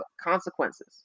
consequences